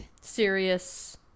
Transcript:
serious